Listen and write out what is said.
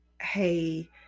hey